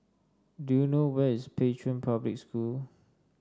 do you know where is Pei Chun Public School